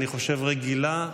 אני חושב רגילה,